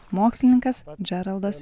mokslininkas džeraldas